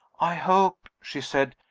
i hope, she said,